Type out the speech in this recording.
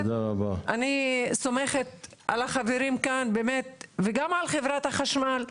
אני סומכת על החברים כאן באמת וגם על חברת החשמל,